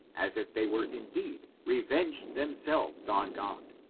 as if they were indeed revenging themselves on god,